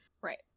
Right